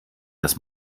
dass